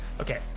Okay